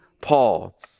paul